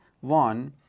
one